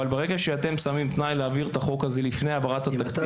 ברגע שאתם שמים תנאי להעביר את החוק לפני העברת התקציב --- אם אתה